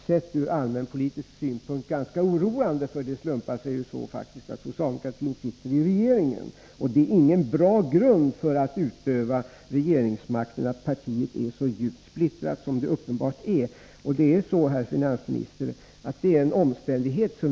Sett ur allmänpolitisk synvinkel är det ganska oroande, för det slumpar sig ju faktiskt så att socialdemokraterna sitter i regeringsställning, och det är ingen bra grund för att utöva regeringsmakten att partiet är så djupt splittrat som det uppenbarligen är.